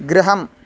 गृहम्